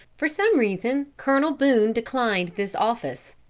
for some reason colonel boone declined this office.